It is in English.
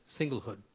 singlehood